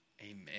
Amen